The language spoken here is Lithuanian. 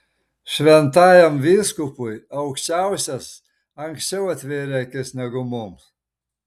šventajam vyskupui aukščiausias anksčiau atvėrė akis negu mums